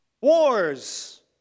wars